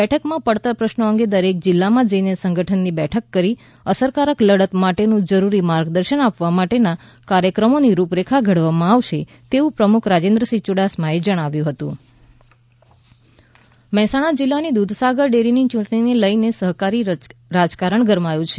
બેઠકમાં પડતર પ્રશ્નો અંગે દરેક જિલ્લામાં જઇને સંગઠનની બેઠકો કરી અસરકારક લડત માટેનું જરૂરી માર્ગદર્શન આપવા માટેના કાર્યક્રમોની રૂપરેખા ઘડવામાં આવશે તેવું પ્રમુખ રાજેન્દ્રસિંહ યુડાસમાએ જણાવ્યું હતું દૂધસાગર ડેરી મહેસાણા જિલ્લાની દૂધસાગર ડેરીની ચૂંટણીને લઇને સહકારી રાજકરણ ગરમાયું છે